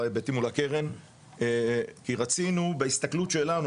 בהיבטים מול הקרן כי רצינו בהסתכלות שלנו,